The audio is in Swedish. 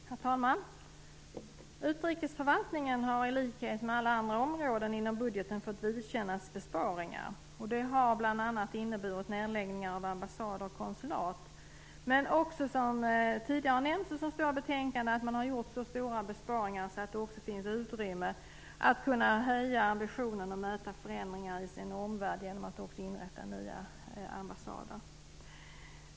Herr talman! Utrikesförvaltningen har i likhet med alla andra områden inom budgeten fått vidkännas besparingar. Det har bl.a. inneburit nedläggningar av ambassader och konsulat. Men man har också, som tidigare har nämnts och som står i betänkandet, gjort så stora besparingar att det också finns utrymme för att höja ambitionen och bemöta förändringar i omvärlden genom att inrätta nya ambassader.